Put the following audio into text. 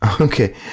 Okay